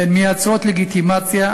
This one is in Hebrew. הן מייצרות לגיטימציה,